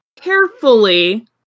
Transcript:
carefully